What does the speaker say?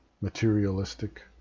materialistic